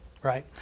Right